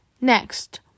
Next